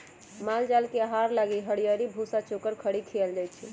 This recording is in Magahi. माल जाल के आहार लागी हरियरी, भूसा, चोकर, खरी खियाएल जाई छै